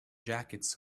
jackets